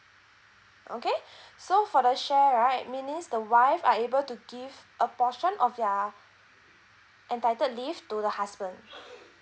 okay so for the share right means the wife are able to give a portion of their entitled leave to the husband